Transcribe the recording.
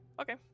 Okay